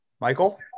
Michael